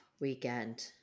weekend